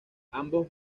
ambos